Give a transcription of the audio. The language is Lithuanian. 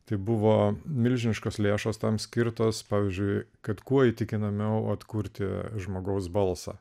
tai buvo milžiniškos lėšos tam skirtos pavyzdžiui kad kuo įtikinamiau atkurti žmogaus balsą